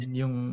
yung